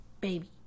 baby